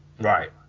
Right